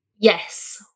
Yes